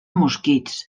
mosquits